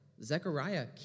Zechariah